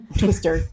twister